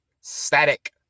static